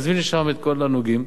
נזמין לשם את כל הנוגעים